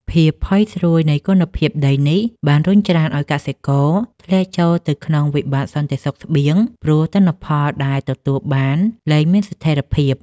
ភាពផុយស្រួយនៃគុណភាពដីនេះ បានរុញច្រានឱ្យកសិករធ្លាក់ចូលទៅក្នុងវិបត្តិសន្តិសុខស្បៀង ព្រោះទិន្នផលដែលទទួលបានលែងមានស្ថិរភាព។